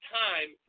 time